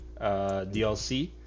DLC